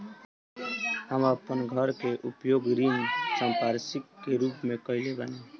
हम अपन घर के उपयोग ऋण संपार्श्विक के रूप में कईले बानी